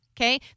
Okay